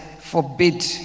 forbid